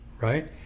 right